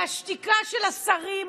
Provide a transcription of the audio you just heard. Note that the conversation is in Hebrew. והשתיקה של השרים,